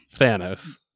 Thanos